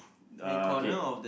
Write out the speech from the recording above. uh K